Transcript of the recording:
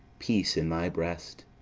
peace in thy breast!